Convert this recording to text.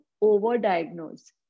over-diagnose